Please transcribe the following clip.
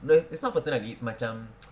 no it's not personal a bit it's macam